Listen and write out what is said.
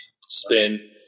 Spin